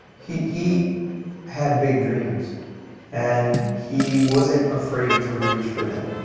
he he had big dreams and he wasn't afraid to reach for them.